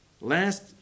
Last